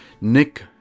Nick